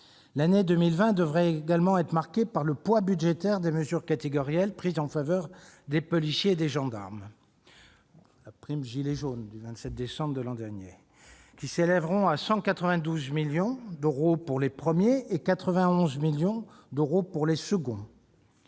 L'année 2020 devrait également être marquée par le poids budgétaire des mesures catégorielles prises en faveur des policiers et des gendarmes, en particulier avec la prime « gilets jaunes » du 27 décembre 2019. Ces dernières s'élèveront à 192 millions d'euros pour les premiers et à 91 millions d'euros pour les seconds.